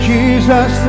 Jesus